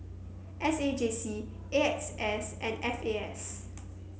S A J C A X S and F A S